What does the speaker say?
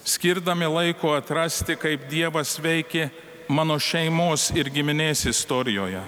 skirdami laiko atrasti kaip dievas veikė mano šeimos ir giminės istorijoje